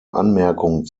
anmerkung